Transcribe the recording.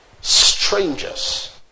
strangers